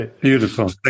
Beautiful